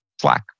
Slack